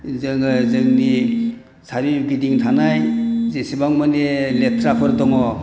जोङो जोंनि सोरगिदिं थानाय जेसेबां माने लेथ्राफोर दङ